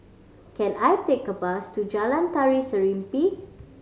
can I take a bus to Jalan Tari Serimpi